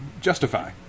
Justify